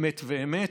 אמת ואמת.